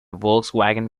volkswagen